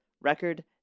record